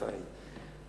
ישראל,